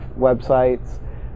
websites